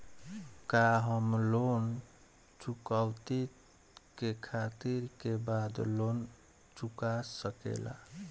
का हम लोन चुकौती के तारीख के बाद लोन चूका सकेला?